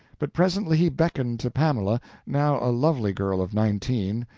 but presently he beckoned to pamela, now a lovely girl of nineteen,